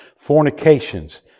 Fornications